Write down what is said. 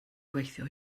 gweithio